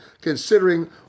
considering